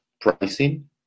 pricing